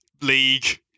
league